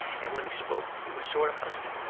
and when he spoke he was sort of husky.